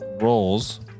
roles